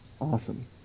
Awesome